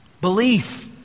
Belief